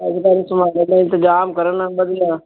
ਇੰਤਜਾਮ ਕਰਨ ਵਧੀਆ